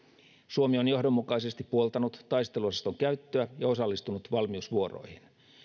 suomi on johdonmukaisesti puoltanut taisteluosaston käyttöä ja osallistunut valmiusvuoroihin